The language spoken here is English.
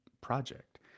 project